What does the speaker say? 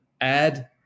add